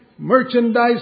Merchandise